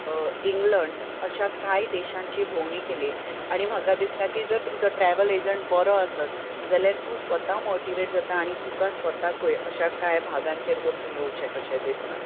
इंगलंड अश्या कांय देशांची भोंवडी केली आनी म्हाका दिसता की तुजो ट्रेवल एजंट बरो आसत जाल्यार तूं स्वता मोटिवेट जाता आनी तुका स्वता कूय अशें कांय भांगाचेर वचून येवचें कशें दिसता